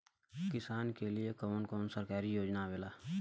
किसान के लिए कवन कवन सरकारी योजना आवेला?